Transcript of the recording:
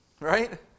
Right